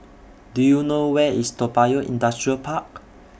Do YOU know Where IS Toa Payoh Industrial Park